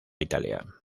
italia